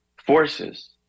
forces